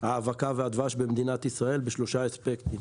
ההאבקה והדבש במדינת ישראל בשלושה אספקטים,